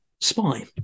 spy